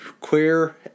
queer